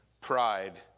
pride